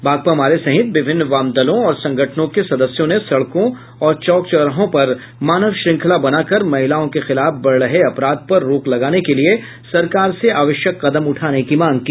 भाकपा माले सहित विभिन्न वाम दलों और संगठनों के सदस्यों ने सड़कों और चौक चौराहों पर मानव श्रृंखला बनाकर महिलाओं के खिलाफ बढ़ रहे अपराध पर रोक लगाने के लिए सरकार से आवश्यक कदम उठाने की मांग की